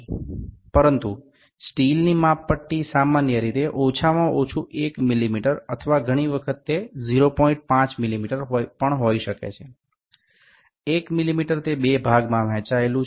তবে ইস্পাতের স্কেলটি সর্বনিম্ন ১ মিমি বা কখনও কখনও এটি ০৫ মিমি পরিমাপ করতে পারে ১ মিমি দুটি অংশে বিভক্ত থাকে